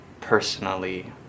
personally